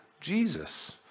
Jesus